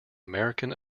american